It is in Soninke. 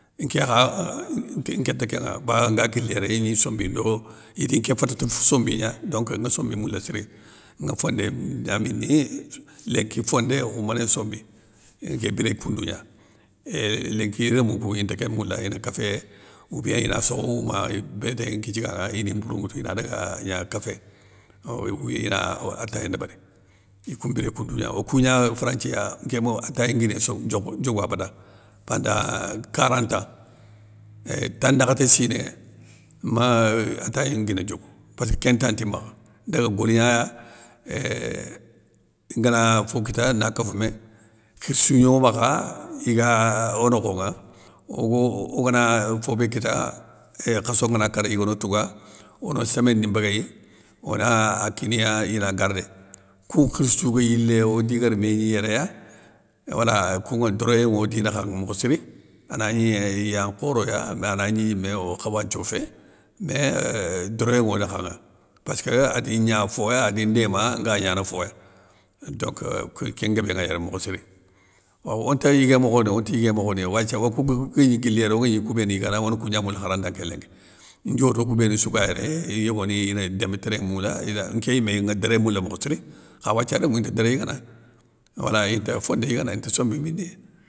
Nké kha euhh nké nta kénŋa, bawoni nga guili yéré igni sombi ndo, idi nké fata ti sombi gna, donc ŋa sombi moula siri ŋa fondé gna mini, lénki fondé khoumbéné sombi, éin nké biré koundou gna, éuuhh lénki rémou kou inta kén moula ina kéfé oubien na sokhou ma, bétéyé kinthiga ŋa ini mbourou ŋwoutou inada gna kéffé oubien ina atayé ndébéri ikoun mbiré koundou gna, okou gna franthiya nké ma atayi nguiné sogue diokhou diogou abada, pendend karantan, ééhh tanakhaté siné, me atayi nguiné diogou passkeu kén temps nti makha, daga goligna éuuh ngana fo kita na kafoumé, khirssou gno makha iga onokhonŋa, ogue ogana fo bé kita, éehh khasso ngana kara igano touga, ono semaine ni mbéguéy, ona kiniya ina gardé, koun nkhirssou ga yilé odi gar mégni yéréya wala kounŋa doroyé nŋo di nakhanŋa mokho siri, anagni iya nkhoroya mé anagni yimé okhawanthio fé, mé doroyé nŋo nakhanŋa, passkeu adi gna foya adi ndéma nga gnana foya, donc kén nguébé nŋa yéré mokho siri. Waw onta yigué mokhoni onta yigué mokhoni wathia okou gagni guili yéré, ogagni koubéni yigana, one kougna moula kharanda nké lénki, ndioto kou béni sou ga yéré iyogoni ina démbtéré moula, nké ida yimé ŋa déré moula mokho siri, kha wathia rémou inta déré yigana, inta fondé yigana inta sombi mini.